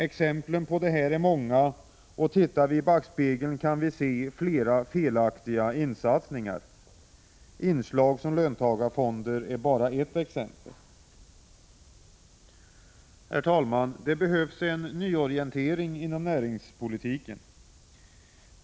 Exemplen på detta är många, och tittar vi i backspegeln kan vi se flera felaktiga satsningar. Inslag som löntagarfonder är bara ett exempel. Herr talman! Det behövs en nyorientering inom näringspolitiken.